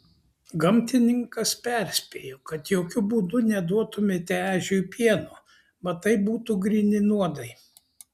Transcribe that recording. gamtininkas perspėjo kad jokiu būdu neduotumėte ežiui pieno mat tai būtų gryni nuodai